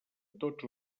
tots